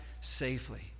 safely